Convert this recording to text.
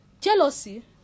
jealousy